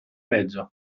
peggio